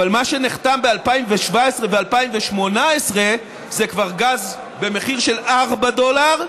אבל מה שנחתם ב-2017 ו-2018 זה כבר גז במחיר של 4 דולר,